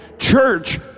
church